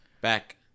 Back